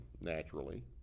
naturally